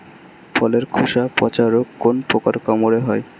ফলের খোসা পচা রোগ কোন পোকার কামড়ে হয়?